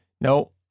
No